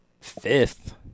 fifth